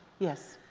yes.